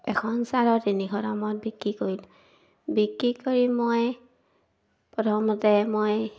এখন চাদৰ তিনিশ দামত বিক্ৰী কৰিলোঁ বিক্ৰী কৰি মই প্ৰথমতে মই